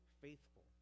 faithful